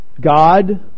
God